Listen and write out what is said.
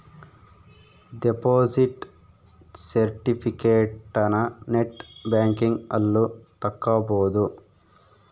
deposit ಸೆರ್ಟಿಫಿಕೇಟನ net banking ಅಲ್ಲು ತಕ್ಕೊಬೊದು